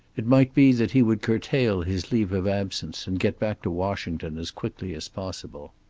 it might be that he would curtail his leave of absence and get back to washington as quickly as possible.